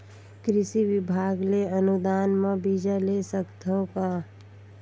कृषि विभाग ले अनुदान म बीजा ले सकथव का?